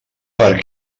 per